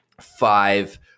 five